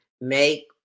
make